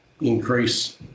increase